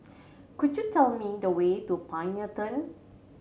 could you tell me the way to Pioneer Turn